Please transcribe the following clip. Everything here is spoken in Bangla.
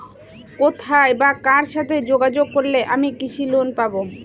কোথায় বা কার সাথে যোগাযোগ করলে আমি কৃষি লোন পাব?